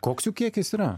koks jų kiekis yra